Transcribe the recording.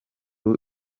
ubu